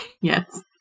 Yes